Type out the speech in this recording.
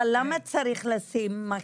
למה צריך לשים מקסימום?